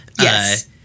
Yes